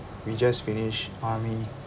we just finished army